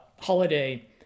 holiday